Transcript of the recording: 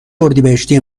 اردیبهشتی